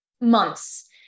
months